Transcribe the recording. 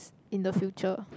in the future